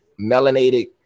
melanated